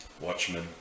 Watchmen